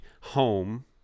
home